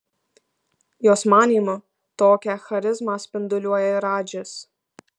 jos manymu tokią charizmą spinduliuoja ir radžis